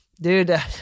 Dude